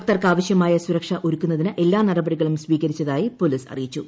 ഭക്തർക്കാവശ്യമായ സുരക്ഷ ഒരുക്കുന്നതിന് എല്ലാ നടപടികളും സ്വീകരിച്ചതായി പോലീസ് അറിയിച്ചു